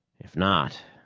if not.